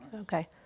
okay